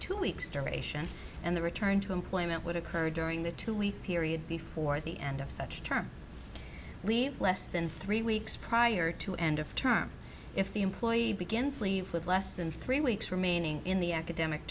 two weeks duration and the return to employment would occur during the two week period before the end of such term leave less than three weeks prior to end of term if the employee begins leave with less than three weeks remaining in the academic